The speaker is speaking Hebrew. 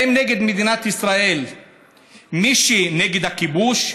האם נגד מדינת ישראל זה מי שנגד הכיבוש?